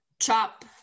chop